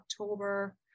October